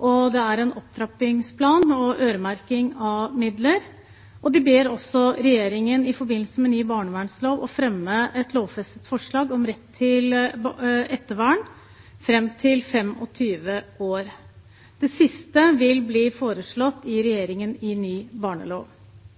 og det er en opptrappingsplan og øremerking av midler, og de ber også regjeringen i forbindelse med ny barnevernslov fremme et forslag om lovfestet rett til ettervern fram til fylte 25 år. Det siste vil bli foreslått av regjeringen i ny